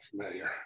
familiar